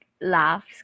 laughs